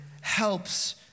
helps